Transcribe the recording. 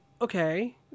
okay